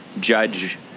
judge